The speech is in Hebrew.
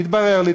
מתברר לי,